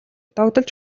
догдолж